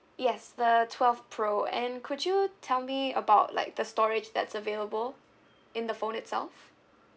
yes the twelve pro and could you tell me about like the storage that's available in the phone itself